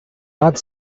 not